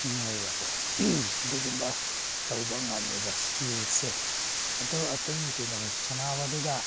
ꯅꯨꯡꯉꯥꯏꯕ꯭ꯔꯀꯣ ꯑꯗꯨꯒꯨꯝꯕ ꯇꯧꯕ ꯉꯝꯃꯦꯕ ꯏꯁꯀꯤꯜꯁꯦ ꯑꯗꯨ ꯑꯩꯇꯩ ꯀꯩꯅꯣ ꯁꯥꯟꯅꯕꯗꯨꯗ